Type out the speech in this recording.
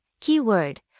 Keyword